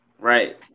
right